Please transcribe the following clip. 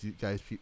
guys